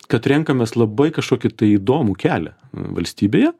kad renkamės labai kažkokį tai įdomų kelią valstybėje